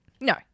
No